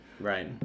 Right